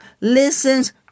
listens